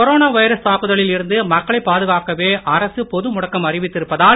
corona virus தாக்குதலில் இருந்து மக்களை பாதுகாக்கவே அரசு பொதுமுடக்கம் அறிவித்திருப்பதால்